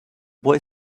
boy